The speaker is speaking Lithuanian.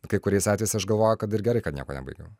kai kuriais atvejais aš galvoju kad ir gerai kad nieko nebaigiau